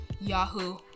Yahoo